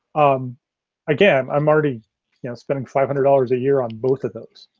um again, i'm already spending five hundred dollars a year on both of those.